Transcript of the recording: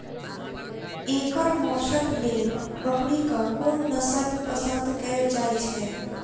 एकर मौशक लेल बकरीक कोन नसल पसंद कैल जाइ छै?